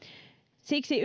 siksi